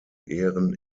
ehren